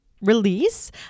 release